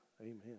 amen